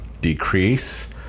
decrease